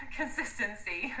consistency